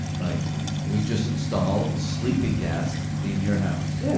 like we just install sleeping gas in your house. yeah,